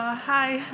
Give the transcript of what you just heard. ah hi,